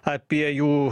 apie jų